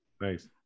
Nice